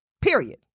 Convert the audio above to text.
Period